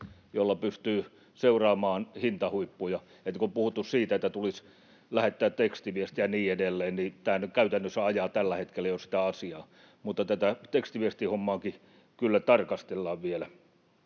jolla pystyy seuraamaan hintahuippuja. Kun on puhuttu siitä, että tulisi lähettää tekstiviesti ja niin edelleen, niin tämä nyt käytännössä ajaa tällä hetkellä jo sitä asiaa, mutta tätä tekstiviestihommaakin kyllä tarkastellaan vielä.